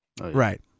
Right